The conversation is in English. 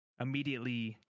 immediately